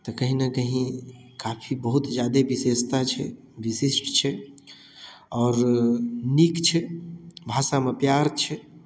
तऽ कहीं ने कहीं काफी बहुत जादे विशेषता छै विशिष्ट छै आओर नीक छै भाषामे प्यार छै